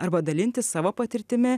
arba dalintis savo patirtimi